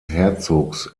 herzogs